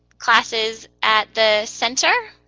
classes at the center,